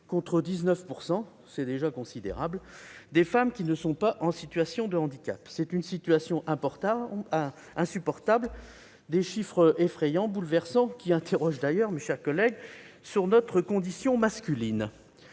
contre 19 %- un chiffre déjà considérable -des femmes qui ne sont pas en situation de handicap. C'est une situation insupportable. Ces chiffres effrayants, bouleversants, nous interrogent d'ailleurs, mes chers collègues, sur notre condition masculine.